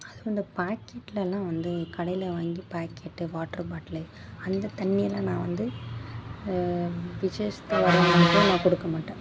அதுவும் இந்த பேக்கெட்லெலாம் வந்து கடையில் வாங்கி பேக்கெட்டு வாட்ரு பாட்டுலு அந்த தண்ணி எல்லாம் நான் வந்து கொடுக்கமாட்டேன்